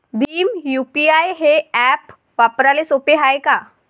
Bhim UPI हे app वापराले सोपे हाय का?